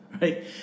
right